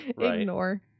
ignore